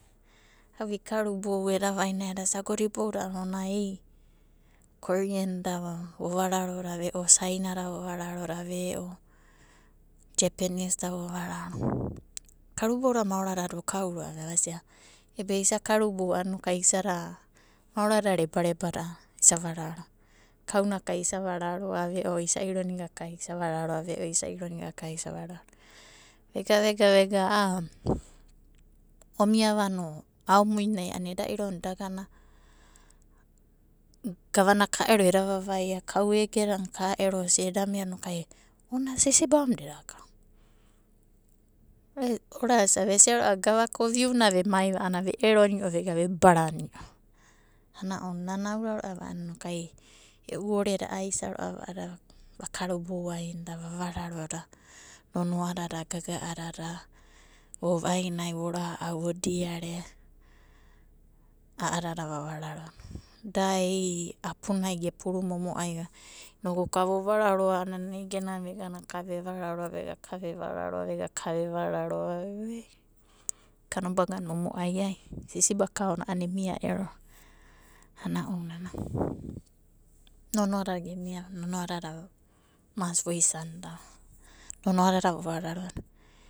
Vikarubou eda vainai edasia agoda iboudadai a'ana ona ia korienda vovararoda ve'o, sainada vovararoda ve'o jepenisda vovararoda. Karubouda maoradada okauro'ava e? Vasia ebe isa karubou a'ana inokai isada maorada rebareba dada isa vararo, kauna ka isa vararoa, ve'o isa ironiga ka isa varoroa, ve'o isa ironiga ka isa vararoa. Vega vega vega a'a omiava no aomuinai a'ana eda ironida gavana ka ero eda vavaia. Kau egena ka ero isai'i eda mia inoku ona sisibamuda eda kao. Orasave esia ro'ava gavaka oviuna emaiva a'ana ve'eroni'o vega vebarani'o. Ana ounanai nana aura ro'ava inokai e'u oreda a'a aisa ro'a ada vakarubou ainida vavararodo. Nonoa dada, gaga'adada, vovainai, vo ra'au, vo daire, a'adada vavararodo da ei apunai gepuru momo'aiva inoku ka vovararoa no ana egenana vega ka vevararoa vega ka vevararoa. I kanobagana mai ia sisibakaona emia erova ana ounanai nonoa dada mas voisanda, nonoadada vovararo.